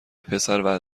پسر